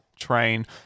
Train